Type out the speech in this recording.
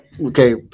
Okay